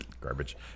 garbage